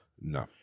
No